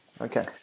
okay